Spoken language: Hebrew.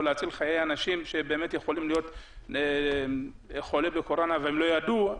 או להציל חיי אנשים שיכולים להיות חולים בקורונה והם לא ידעו,